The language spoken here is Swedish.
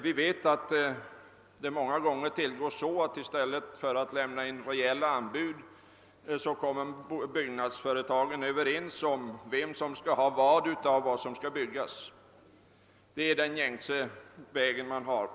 Vi vet att byggnadsföretagen i stället för att lämna in reella anbud ofta träffar överenskommelse om vem som skall ha en viss del av vad som skall byggas. Det är den gängse vägen.